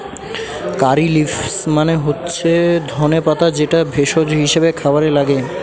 কারী leaves মানে হতিছে ধনে পাতা যেটা ভেষজ হিসেবে খাবারে লাগে